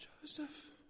Joseph